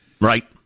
Right